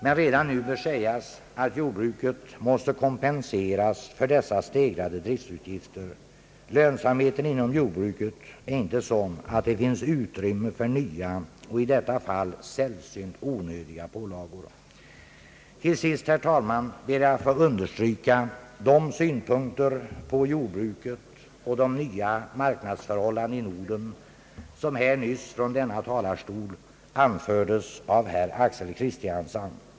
Men redan nu bör sägas, att jordbruket måste kompenseras för dessa stegrade driftutgifter. Lönsamheten inom joråbruket är inte sådan att det finns utrymme för nya och — i detta fall — sällsynt onödiga pålagor. Till sist, herr talman, ber jag att få understryka de synpunkter på jordbruket och de nya marknadsförhållandena i Norden, som nyss från denna talarstol anfördes av herr Axel Kristiansson.